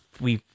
we